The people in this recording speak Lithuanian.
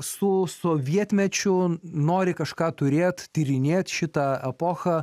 su sovietmečiu nori kažką turėti tyrinėti šitą epochą